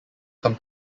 come